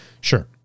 Sure